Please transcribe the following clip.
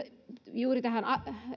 juuri nyt tähän